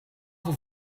voor